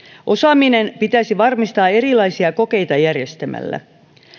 osaaminen pitäisi varmistaa erilaisia kokeita järjestämällä